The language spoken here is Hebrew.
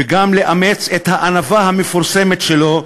וגם לאמץ את הענווה המפורסמת שלו,